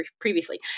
previously